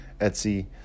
Etsy